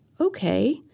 okay